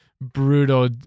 brutal